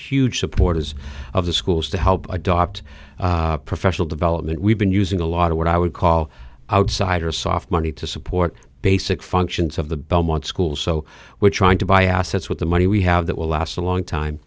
huge supporters of the schools to help adopt professional development we've been using a lot of what i would call outsider soft money to support basic functions of the belmont schools so we're trying to buy assets with the money we have that will last a long time